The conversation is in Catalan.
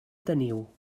teniu